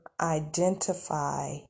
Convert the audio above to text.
identify